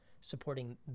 supporting